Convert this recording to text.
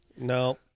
No